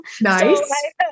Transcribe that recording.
Nice